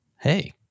Hey